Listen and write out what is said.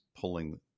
pulling